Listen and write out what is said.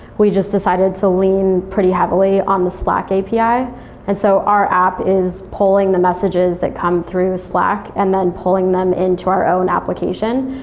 we just decided to lean pretty heavily on the slack api and so our app is pulling the messages that come through slack and then pulling them into our own application.